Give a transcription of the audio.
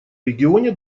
регионе